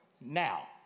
now